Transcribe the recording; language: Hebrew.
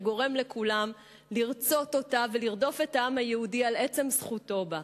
שגורם לכולם לרצות אותה ולרדוף את העם היהודי על עצם זכותו בה?